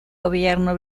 gobierno